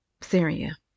Syria